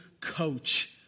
coach